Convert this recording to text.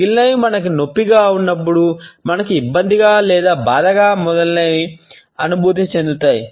మిగిలినవి మనకు నొప్పిగా ఉన్నప్పుడు మనకు ఇబ్బందిగా లేదా బాధగా మొదలైనవి అనుభూతి చెందుతాయి